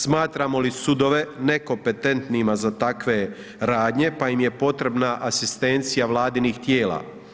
Smatramo li sudove nekompetentnima za takve radnje, pa im je potrebna asistencija vladinih tijela.